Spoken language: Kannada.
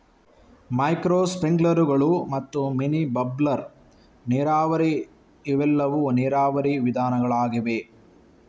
ಮೈಕ್ರೋ ಸ್ಪ್ರಿಂಕ್ಲರುಗಳು ಮತ್ತು ಮಿನಿ ಬಬ್ಲರ್ ನೀರಾವರಿ ಇವೆಲ್ಲವೂ ನೀರಾವರಿ ವಿಧಾನಗಳಾಗಿವೆ